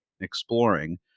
exploring